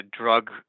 drug